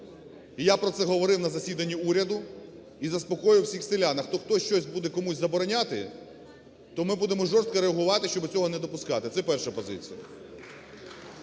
І я про це говорив на засіданні уряду, і заспокоїв всіх селян. А якщо хтось буде комусь забороняти, то ми будемо жорстко реагувати, щоб цього не допускати. Це перша позиція.